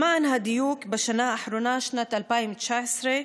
למען הדיוק, בשנה האחרונה, שנת 2019,